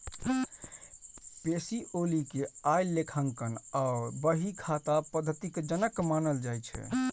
Pacioli कें आइ लेखांकन आ बही खाता पद्धतिक जनक मानल जाइ छै